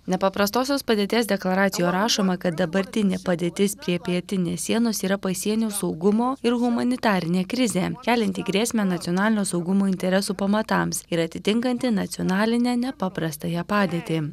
nepaprastosios padėties deklaracijoj rašoma kad dabartinė padėtis prie pietinės sienos yra pasienio saugumo ir humanitarinė krizė kelianti grėsmę nacionalinio saugumo interesų pamatams ir atitinkanti nacionalinę nepaprastąją padėtį